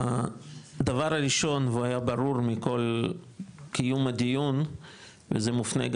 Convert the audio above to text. הדבר הראשון והוא היה ברור מכל קיום הדיון וזה מופנה,